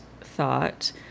thought